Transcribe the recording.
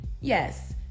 yes